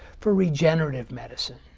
for regenerative medicine.